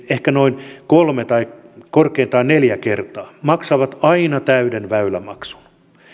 ehkä noin kolme tai korkeintaan neljä kertaa maksavat aina täyden väylämaksun